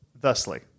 thusly